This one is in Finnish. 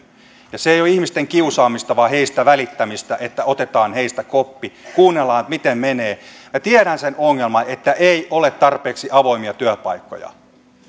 se ei ole ihmisten kiusaamista vaan heistä välittämistä että otetaan heistä koppi kuunnellaan miten menee minä tiedän sen ongelman että ei ole tarpeeksi avoimia työpaikkoja